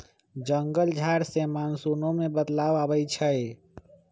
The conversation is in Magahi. जंगल झार से मानसूनो में बदलाव आबई छई